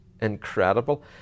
incredible